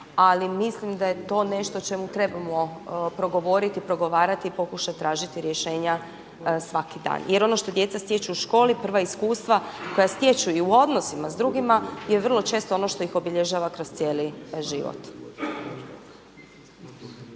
ali mislim da je to nešto o čemu trebamo progovoriti i progovarati i pokušati tražiti rješenja svaki dan. Jer ono što djeca stječu u školi, prva iskustva koja stječu i u odnosima s drugima je vrlo često ono što ih obilježava kroz cijeli život.